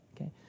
okay